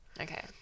okay